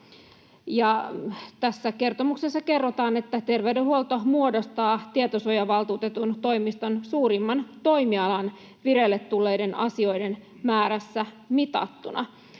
Tässä kertomuksessa kerrotaan, että terveydenhuolto muodostaa Tietosuojavaltuutetun toimiston suurimman toimialan vireille tulleiden asioiden määrässä mitattuna.